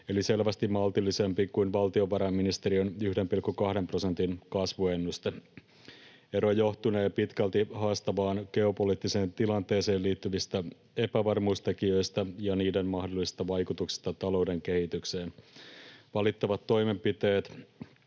eli selvästi maltillisempi kuin valtiovarainministeriön 1,2 prosentin kasvuennuste. Ero johtunee pitkälti haastavaan geopoliittiseen tilanteeseen liittyvistä epävarmuustekijöistä ja niiden mahdollisista vaikutuksista talouden kehitykseen. Valittavat toimenpiteet